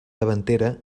davantera